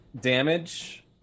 damage